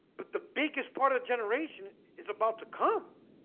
but the biggest part of generation is about to come